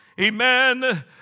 Amen